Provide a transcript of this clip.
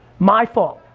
my fault.